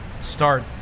start